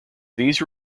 these